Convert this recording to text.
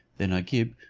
than agib,